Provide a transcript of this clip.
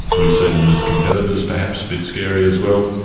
we see them as competitors perhaps, a bit scary as well.